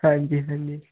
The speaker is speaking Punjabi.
ਹਾਂਜੀ ਹਾਂਜੀ